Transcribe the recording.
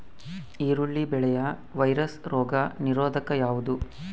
ಈರುಳ್ಳಿ ಬೆಳೆಯ ವೈರಸ್ ರೋಗ ನಿರೋಧಕ ಯಾವುದು?